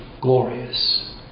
glorious